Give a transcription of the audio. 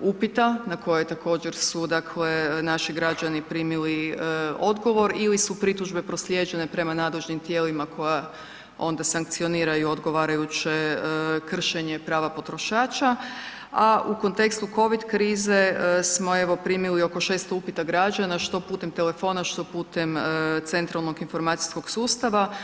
upita na koje je također su dakle naši građani primili odgovor ili su pritužbe proslijeđene prema nadležnim tijelima koja onda sankcioniraju odgovarajuće kršenje prava potrošača, a u kontekstu COVID krize smo evo, primili oko 600 upita građana, što putem telefona, što putem Centralnog informacijskog sustava.